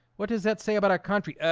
what does that say about our country?